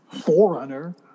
forerunner